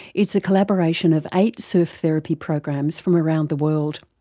it's a collaboration of eight surf therapy programs from around the world.